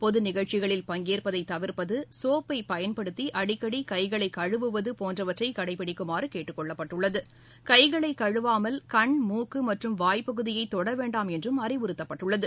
பொது நிகழ்ச்சிகளில் பங்கேற்பதை தவிர்ப்பது சோப்பை பயன்படுத்தி அடிக்கடி கைகளை கழுவுவது போன்றவற்றை கடைப்பிடிக்குமாறு கேட்டுக்கொள்ளப்பட்டுள்ளது கைகளை கழுவாமல் கண் மூக்கு மற்றும் வாய் பகுதியை தொட வேண்டாம் என்றும் அறிவுறுத்தப்பட்டுள்ளது